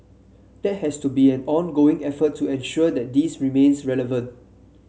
that has to be an ongoing effort to ensure that this remains relevant